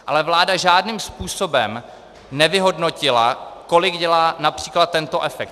Ale vláda žádným způsobem nevyhodnotila, kolik dělá například tento efekt.